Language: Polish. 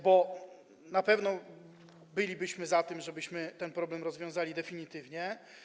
Bo na pewno bylibyśmy za tym, żeby ten problem rozwiązać definitywnie.